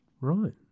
Right